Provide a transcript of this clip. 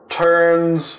turns